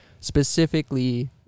Specifically